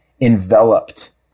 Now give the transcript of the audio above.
enveloped